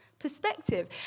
perspective